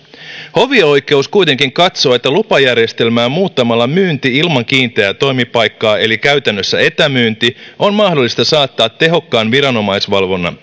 hovioikeus kuitenkin katsoo että lupajärjestelmää muuttamalla myynti ilman kiinteää toimipaikkaa eli käytännössä etämyynti on mahdollista saattaa tehokkaan viranomaisvalvonnan